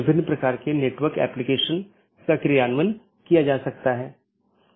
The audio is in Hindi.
इसलिए एक पाथ वेक्टर में मार्ग को स्थानांतरित किए गए डोमेन या कॉन्फ़िगरेशन के संदर्भ में व्यक्त किया जाता है